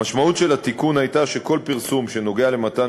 המשמעות של התיקון הייתה שכל פרסום שנוגע למתן